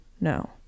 No